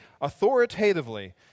authoritatively